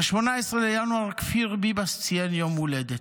ב-18 בינואר כפיר ביבס ציין יום הולדת,